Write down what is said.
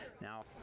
Now